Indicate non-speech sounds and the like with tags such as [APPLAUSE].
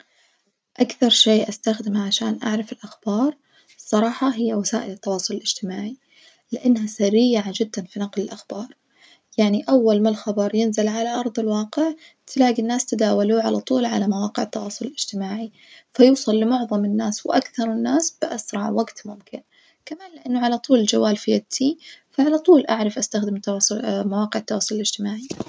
أكثر شي أستخدمه عشان أعرف الأخبار الصراحة هي وسائل التواصل الإجتماعي، لأنها سريعة جدًا في نقل الأخبار يعني أول ما الخبر ينزل على أرض الواقع تلاجي الناس تداولوه على طول على مواقع التوصل الإجتماعي، فيوصل لمعظم الناس وأكثر الناس بأسرع وجت ممكن، كمان لأنه على طول الجوال في يدي فعلى طول أعرف أستخدم التواصل [HESITATION] مواقع التواصل الإجتماعي.